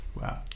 Wow